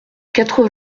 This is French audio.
quatre